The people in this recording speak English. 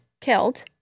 killed